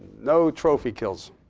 no trophy kills.